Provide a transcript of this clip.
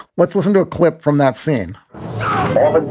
let's listen to a clip from that scene all but